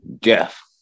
Jeff